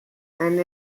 and